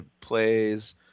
plays